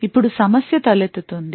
ఇప్పుడు సమస్య తలెత్తుతుంది